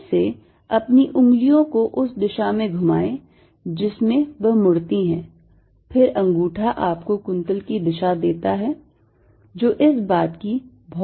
फिर से अपनी उंगलियों को उस दिशा में घुमाएं जिसमें वह मुड़ती है फिर अंगूठा आपको कुंतल की दिशा देता है जो इस बात की भौतिक समझ है